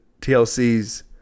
TLC's